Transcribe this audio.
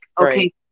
okay